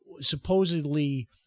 supposedly